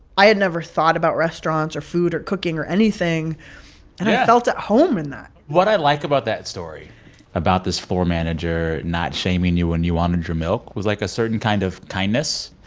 i had never thought about restaurants or food or cooking or anything yeah and i felt at home in that what i like about that story about this floor manager not shaming you when you wanted your milk was, like, a certain kind of kindness.